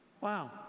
Wow